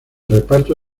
reparto